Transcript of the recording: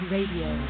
Radio